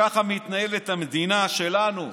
וככה מתנהלת המדינה שלנו,